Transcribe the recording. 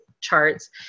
charts